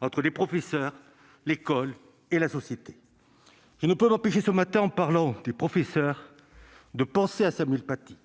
entre les professeurs, l'école et la société. Je ne peux m'empêcher ce matin, en évoquant des professeurs, de penser à Samuel Paty.